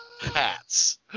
hats